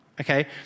okay